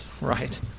right